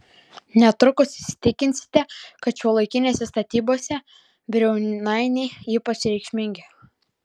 netrukus įsitikinsite kad šiuolaikinėse statybose briaunainiai ypač reikšmingi